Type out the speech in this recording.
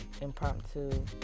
impromptu